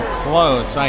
close